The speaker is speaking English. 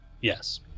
Yes